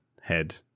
head